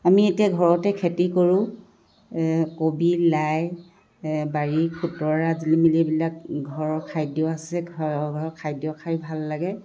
আমি এতিয়া ঘৰতে খেতি কৰোঁ কবি লাই বাৰী খুতৰা জিলিমিলি এইবিলাক ঘৰৰ খাদ্য আছে ঘৰ ঘৰৰ খাদ্য খায়ো ভাল লাগে